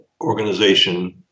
organization